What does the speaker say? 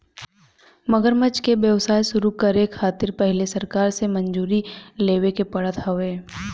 मगरमच्छ के व्यवसाय शुरू करे खातिर पहिले सरकार से मंजूरी लेवे के पड़त हवे